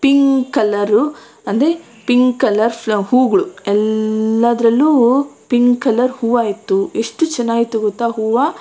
pink colour ಅಂದರೆ pink colour ಫ್ಲ ಹೂವುಗಳು ಎಲ್ಲಾದ್ರಲ್ಲೂ ಪಿಂಕ್ ಕಲರ್ ಹೂವು ಇತ್ತು ಎಷ್ಟು ಚೆನ್ನಾಗಿತ್ತು ಗೊತ್ತಾ ಹೂವು